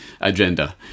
agenda